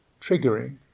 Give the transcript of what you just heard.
triggering